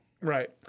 Right